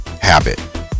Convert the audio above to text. habit